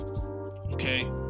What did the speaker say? okay